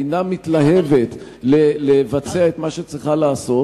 אינה מתלהבת לבצע את מה שהיא צריכה לעשות,